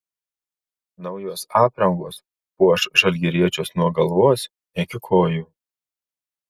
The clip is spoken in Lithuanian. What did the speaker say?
naujos aprangos puoš žalgiriečius nuo galvos iki kojų